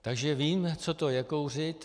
Takže vím, co to je kouřit.